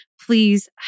please